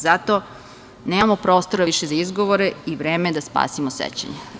Zato, nemamo prostora više za izgovore i vreme je da spasimo sećanja.